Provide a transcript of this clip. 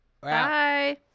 Bye